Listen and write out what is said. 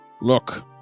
Look